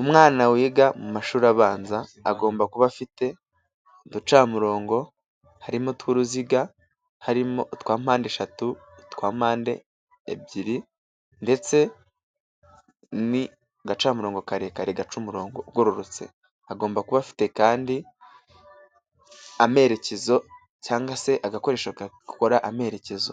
Umwana wiga mu mashuri abanza agomba kuba afite uducamurongo harimo utw'uruziga, harimo utwa mpande eshatu, utwa mpande ebyiri ndetse n'agacamurogo karekare gaca umurongo ugororotse, agomba kuba afite kandi amerekezo cyangwa se agakoresho gakora amerekezo,